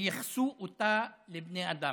וייחסו אותה לבני אדם.